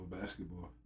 basketball